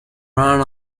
run